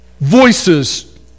Voices